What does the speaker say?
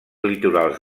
litorals